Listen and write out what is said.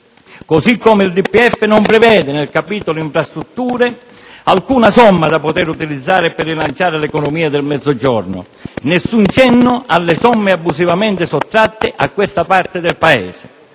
così come il DPEF, non prevede nel capitolo infrastrutture alcuna somma da poter utilizzare per rilanciare l'economia del Mezzogiorno: nessun cenno alle somme abusivamente sottratte a questa parte del Paese!